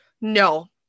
No